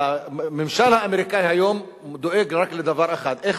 הממשל האמריקני היום דואג רק לדבר אחד: איך